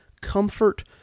comfort